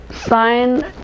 Sign